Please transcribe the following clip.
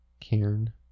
Cairn